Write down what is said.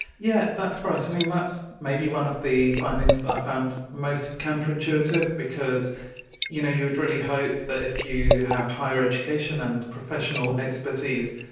yeah that's right. i so mean that's maybe one of the findings that i found most counterintuitive because you know you would really hope that if you have higher education and professional expertise,